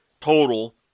total